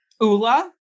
Ula